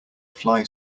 fly